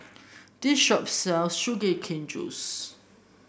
this shop sells Sugar Cane Juice